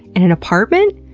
in an apartment?